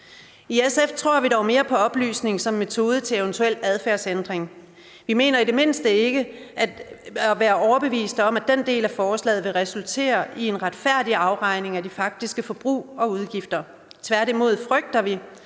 I SF tror vi dog mere på oplysning som metode til eventuel adfærdsændring. Vi er ikke overbeviste om, at den del af lovforslaget vil resultere i en retfærdig afregning af det faktiske forbrug og udgifter. Tværtimod frygter vi,